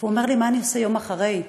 והוא אומר לי: מה אני אעשה יום אחרי כן?